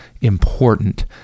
important